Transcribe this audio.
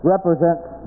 represents